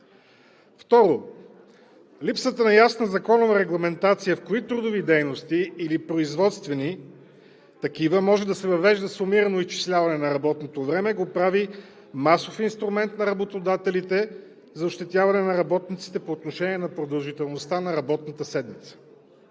Второ, липсата на ясна законова регламентация в кои трудови дейности или производствени такива може да се въвежда сумирано изчисляване на работното време го прави масов инструмент на работодателите за ощетяване на работниците по отношение на продължителността на работната седмица.